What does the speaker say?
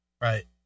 Right